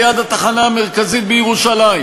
ליד התחנה המרכזית בירושלים.